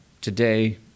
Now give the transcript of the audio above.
today